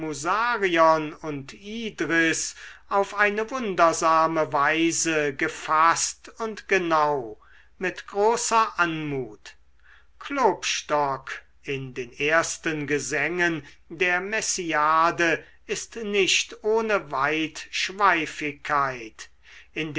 und idris auf eine wundersame weise gefaßt und genau mit großer anmut klopstock in den ersten gesängen der messiade ist nicht ohne